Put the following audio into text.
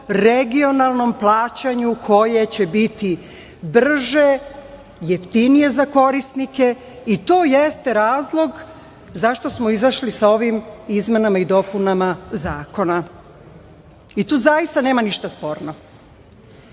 regionalnom plaćanju koje će biti brže, jeftinije za korisnike i to jeste razlog zašto smo izašli sa ovim izmenama i dopunama zakona, i tu zaista nema ništa sporno. Sporno